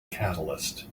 catalyst